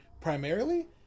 primarily